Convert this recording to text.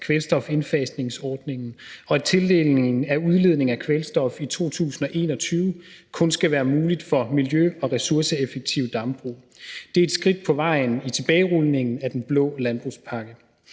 kvælstofindfasningsordningen, og at tildelingen af udledning af kvælstof i 2021 kun skal være muligt for miljø- og ressourceeffektive dambrug. Det er et skridt på vejen i tilbagerulningen af den blå landbrugspakke.